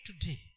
today